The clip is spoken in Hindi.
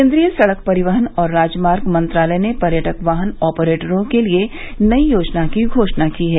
केन्द्रीय सड़क परिवहन और राजमार्ग मंत्रालय ने पर्यटक वाहन ऑपरेटरों के लिए नई योजना की घोषणा की है